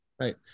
Right